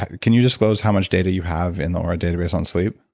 can you disclose how much data you have in the oura database on sleep?